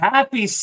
Happy